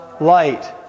light